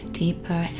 deeper